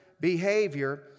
behavior